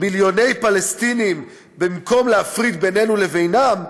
מיליוני פלסטינים במקום להפריד ביננו לבינם,